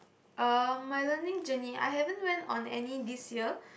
um my learning journey I haven't went on any this year